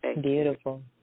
Beautiful